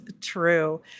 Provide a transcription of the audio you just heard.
true